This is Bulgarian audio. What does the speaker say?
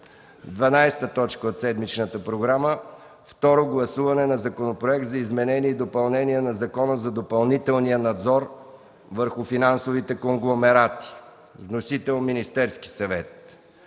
народни представители. 12. Второ гласуване на Законопроект за изменение и допълнение на Закона за допълнителния надзор върху финансовите конгломерати. Вносител – Министерският съвет.